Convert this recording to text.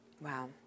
Wow